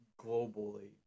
globally